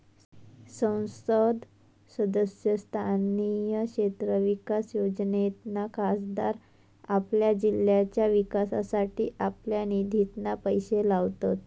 संसद सदस्य स्थानीय क्षेत्र विकास योजनेतना खासदार आपल्या जिल्ह्याच्या विकासासाठी आपल्या निधितना पैशे लावतत